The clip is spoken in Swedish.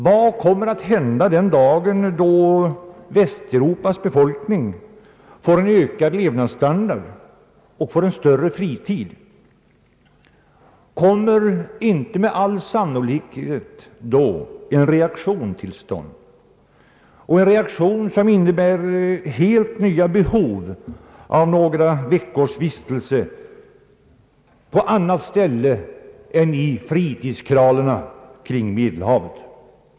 Vad kommer att hända den dagen då Västeuropas befolkning får en ökad levnadsstandard och en större fritid? Kommer inte med all sannolikhet då en reaktion till stånd, en reaktion som innebär helt nya behov av några veckors vistelse på annat ställe än i fritidskralerna kring Medelhavet?